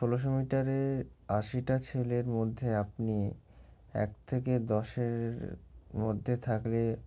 ষোলোশো মিটারের আশিটা ছেলের মধ্যে আপনি এক থেকে দশের মধ্যে থাকলে